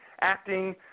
acting